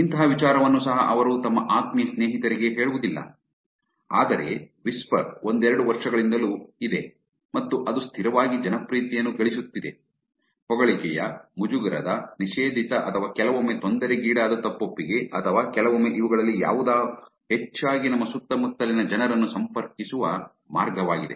ಇಂಥಹ ವಿಚಾರವನ್ನು ಸಹ ಅವರು ತಮ್ಮ ಆತ್ಮೀಯ ಸ್ನೇಹಿತರಿಗೆ ಹೇಳುವುದಿಲ್ಲ ಆದರೆ ವಿಸ್ಪರ್ ಒಂದೆರಡು ವರ್ಷಗಳಿಂದಲೂ ಇದೆ ಮತ್ತು ಅದು ಸ್ಥಿರವಾಗಿ ಜನಪ್ರಿಯತೆಯನ್ನು ಗಳಿಸುತ್ತಿದೆ ಹೊಗಳಿಕೆಯ ಮುಜುಗರದ ನಿಷೇಧಿತ ಅಥವಾ ಕೆಲವೊಮ್ಮೆ ತೊಂದರೆಗೀಡಾದ ತಪ್ಪೊಪ್ಪಿಗೆ ಅಥವಾ ಕೆಲವೊಮ್ಮೆ ಇವುಗಳಲ್ಲಿ ಯಾವುದೂ ಹೆಚ್ಚಾಗಿ ನಮ್ಮ ಸುತ್ತಮುತ್ತಲಿನ ಜನರನ್ನು ಸಂಪರ್ಕಿಸುವ ಮಾರ್ಗವಾಗಿದೆ